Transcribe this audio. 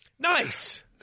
Nice